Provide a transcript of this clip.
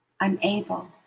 unable